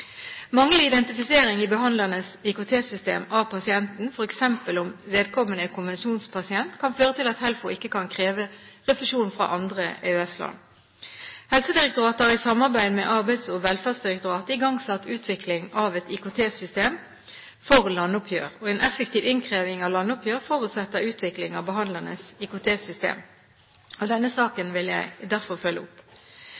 identifisering i behandlernes IKT-systemer av pasienten, f.eks. om vedkommende er konvensjonspasient, kan føre til at HELFO ikke kan kreve refusjon fra andre EØS-land. Helsedirektoratet har i samarbeid med Arbeids- og velferdsdirektoratet igangsatt utvikling av et IKT-system for landoppgjør. En effektiv innkreving av landoppgjør forutsetter utvikling av behandlernes IKT-systemer. Denne